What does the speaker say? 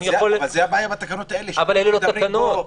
זאת הבעיה בתקנות האלה -- אלה לא תקנות.